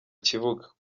kibuga